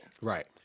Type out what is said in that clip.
right